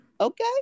Okay